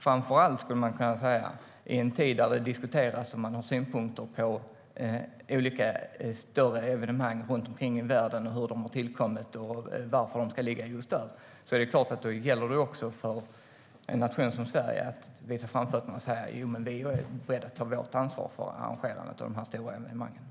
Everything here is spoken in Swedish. Framför allt i en tid där det diskuteras och man har synpunkter på olika större evenemang runt omkring i världen, hur de har tillkommit och varför de ska ligga just där gäller det för en nation som Sverige att visa framfötterna och säga: Vi är beredda att ta vårt ansvar för arrangerandet av de stora evenemangen.